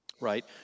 right